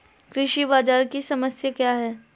कृषि बाजार की समस्या क्या है?